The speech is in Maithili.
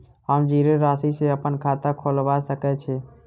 हम जीरो राशि सँ अप्पन खाता खोलबा सकै छी?